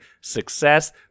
success